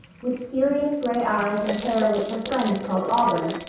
with serious gray eyes and hair which her friends called auburn,